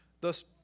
Thus